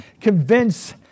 Convince